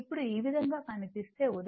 ఇప్పుడు ఈ విధంగా కనిపిస్తే ఉదాహరణకు ఈ v